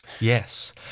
Yes